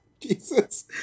Jesus